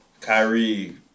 Kyrie